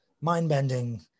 mind-bending